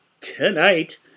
tonight